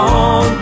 on